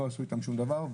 לא עשו איתם שום דבר.